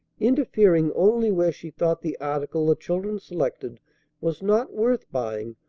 interfering only where she thought the article the children selected was not worth buying,